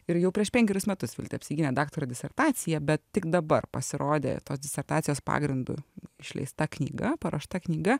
ir jau prieš penkerius metus apsigynė daktaro disertaciją bet tik dabar pasirodė tos disertacijos pagrindu išleista knyga paruošta knyga